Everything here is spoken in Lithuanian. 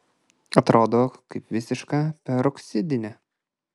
atrodo kaip visiška peroksidinė